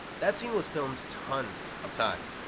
that scene was filmed tons of times,